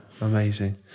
amazing